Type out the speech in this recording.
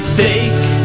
fake